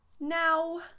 now